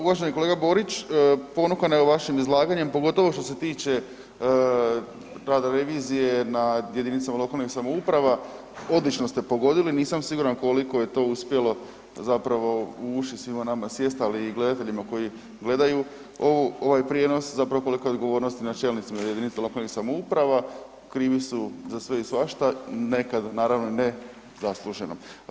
Uvaženi kolega Borić, ponukan evo vašim izlaganje pogotovo što se tiče rada revizije na jedinice lokalnih samouprava, odlično ste pogodili, nisam siguran koliko je to uspjelo u uši svima nama sjest, ali i gledateljima koji gledaju ovaj prijenos zapravo kolika je odgovornost i na čelnicima jedinica lokalnih samouprava, krivi su za sve i svašta, nekad naravno i ne zasluženo.